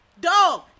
dog